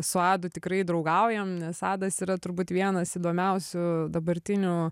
su adu tikrai draugaujam nes adas yra turbūt vienas įdomiausių dabartinių